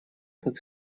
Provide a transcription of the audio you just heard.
как